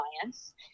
clients